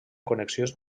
connexions